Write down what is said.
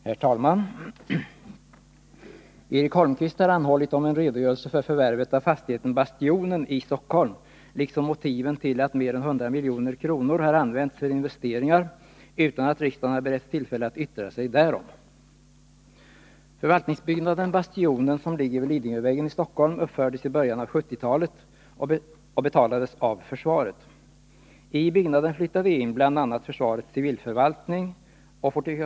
Herr talman! Eric Holmqvist har anhållit om en redogörelse för förvärvet av fastigheten Bastionen i Stockholm liksom för motiven till att mer än 100 milj.kr. har använts för investeringar, utan att riksdagen har beretts tillfälle att yttra sig därom. Förvaltningsbyggnaden Bastionen, som ligger vid Lidingövägen i Stockholm, uppfördes i början av 1970-talet och betalades av försvaret.